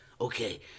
Okay